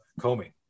Comey